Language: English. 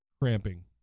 Cramping